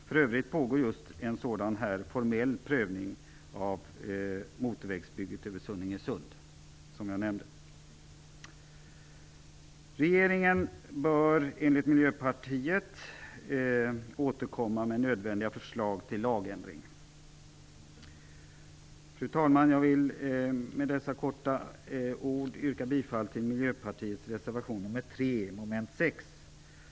För övrigt pågår en sådan här formell prövning av motorvägsbygget över Sunninge sund. Regeringen bör enligt Miljöpartiet återkomma med nödvändiga förslag till en lagändring. Fru talman! Med dessa ord yrkar jag bifall till Miljöpartiets reservation nr 3, avseende mom. 6.